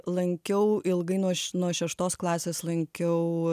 lankiau ilgai nuo š nuo šeštos klasės lankiau